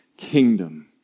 kingdom